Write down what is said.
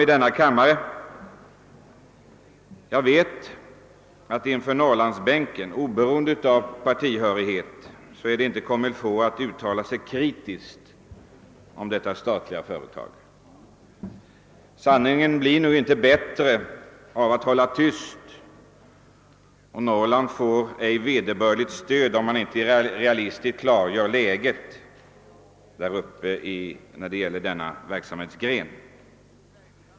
Jag vet däremot att det i Norrlandsbänken, oberoende av partitillhörighet, inte anses comme-il-faut att uttala sig kritiskt om detta statliga företag. Sanningen blir nu inte bättre av att man håller tyst, och Norrland får ej vederbörligt stöd om man inte realistiskt klargör läget inom denna statliga verksamhetsgren.